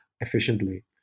efficiently